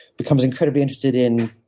becomes incredibly interested in